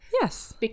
Yes